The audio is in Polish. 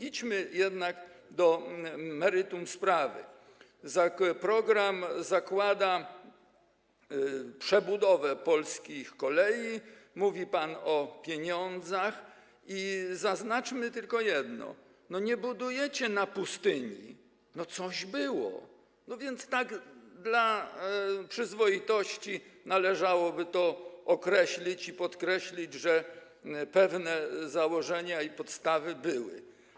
Idźmy jednak do meritum sprawy: program zakłada przebudowę polskich kolei, mówi pan o pieniądzach, i zaznaczmy tylko jedno - no, nie budujecie na pustyni, coś było, więc tak dla przyzwoitości należałoby to wskazać i podkreślić, że pewne założenia i podstawy były.